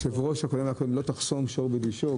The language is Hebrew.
היושב-ראש הקודם, לא תחסום שור בדישו.